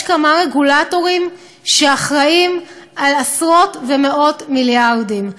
יש כמה רגולטורים שאחראים לעשרות ומאות מיליארדים.